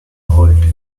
hold